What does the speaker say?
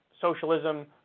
socialism